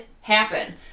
happen